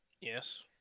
Yes